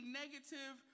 negative